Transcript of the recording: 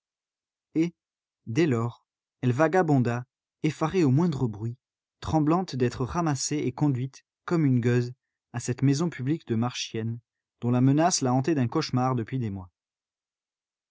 dès lors elle vagabonda effarée au moindre bruit tremblante d'être ramassée et conduite comme une gueuse à cette maison publique de marchiennes dont la menace la hantait d'un cauchemar depuis des mois